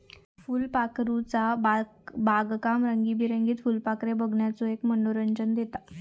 फुलपाखरूचा बागकाम रंगीबेरंगीत फुलपाखरे बघण्याचो एक मनोरंजन देता